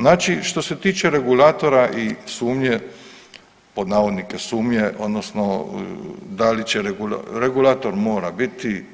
Znači što se tiče regulatora i sumnje pod navodnike sumnje, odnosno da li će regulator mora biti,